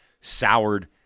soured